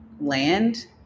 land